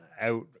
out